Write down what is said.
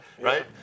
right